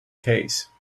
case